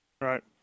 Right